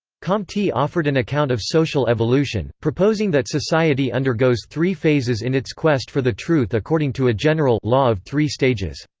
comte offered an account of social evolution, proposing that society undergoes three phases in its quest for the truth according to a general law of three stages.